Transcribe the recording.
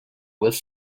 was